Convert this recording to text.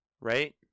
right